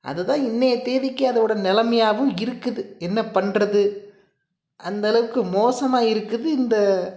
அதுதான் இன்றைய தேதிக்கு அதோடய நிலமையாவும் இருக்குது என்ன பண்றது அந்த அளவுக்கு மோசமாக இருக்குது இந்த